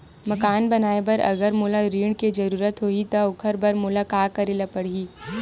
मकान बनाये बर अगर मोला ऋण के जरूरत होही त ओखर बर मोला का करे ल पड़हि?